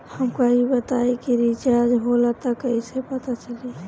हमका ई बताई कि रिचार्ज होला त कईसे पता चली?